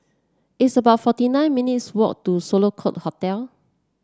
it's about forty nine minutes' walk to Sloane Court Hotel